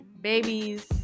Babies